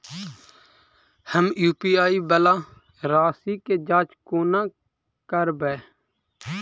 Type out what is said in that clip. हम यु.पी.आई वला राशि केँ जाँच कोना करबै?